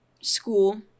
school